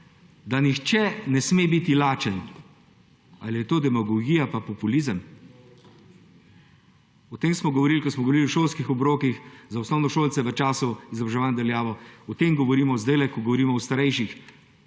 da nihče ne sme biti lačen, ali je to demagogija pa populizem? O tem smo govorili, ko smo govorili o šolskih obrokih za osnovnošolce v času izobraževanj na daljavo, o tem govorimo zdaj, ko govorimo o starejših, ko